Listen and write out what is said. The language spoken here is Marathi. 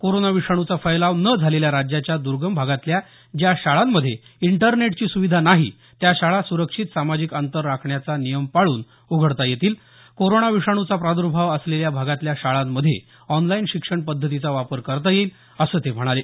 कोरोना विषाणूचा फैलाव न झालेल्या राज्याच्या दर्गम भागातल्या ज्या शाळांमध्ये इंटरनेटची सुविधा नाही त्या शाळा सुरक्षित सामाजिक अंतर राखण्याचा नियम पळून उघडता येतील कोरोना विषाणूचा प्रादर्भाव असलेल्या भागातल्या शाळांमध्ये ऑनलाईन शिक्षण पद्धतीचा वापर करता येईल असं ते म्हणाले